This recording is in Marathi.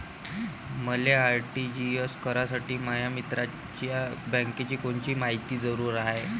मले आर.टी.जी.एस करासाठी माया मित्राच्या बँकेची कोनची मायती जरुरी हाय?